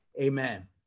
Amen